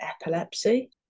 epilepsy